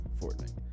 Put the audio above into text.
fortnite